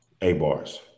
A-Bars